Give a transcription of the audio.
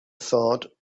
thought